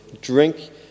drink